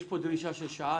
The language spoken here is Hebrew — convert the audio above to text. יש פה דרישה של שעה,